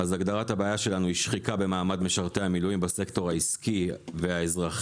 הגדרת הבעיה שלנו היא שחיקה במעמד משרתי המילואים בסקטור העסקי והאזרחי.